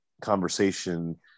conversation